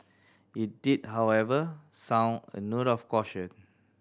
it did however sound a note of caution